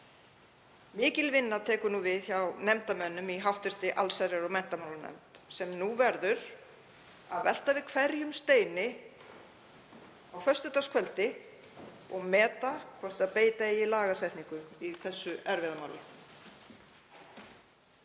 Mikil vinna tekur nú við hjá nefndarmönnum í hv. allsherjar- og menntamálanefnd sem nú verður að velta við hverjum steini á föstudagskvöldi og meta hvort beita eigi lagasetningu í þessu erfiða máli.